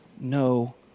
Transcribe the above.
no